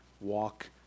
walk